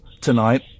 tonight